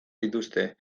dituzte